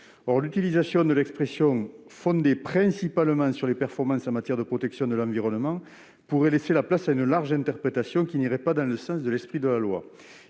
Or l'utilisation de l'expression « fondée, principalement, sur les performances en matière de protection de l'environnement » pourrait laisser la place à une large interprétation qui ne correspondrait pas à l'esprit de la loi.